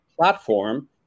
platform